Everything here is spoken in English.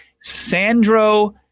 Sandro